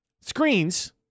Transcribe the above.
screens